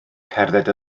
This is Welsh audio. cerdded